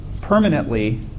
permanently